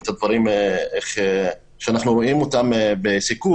את הדברים איך שאנחנו רואים אותם ב"סיכוי".